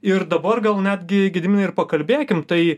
ir dabar gal netgi gediminai ir pakalbėkim tai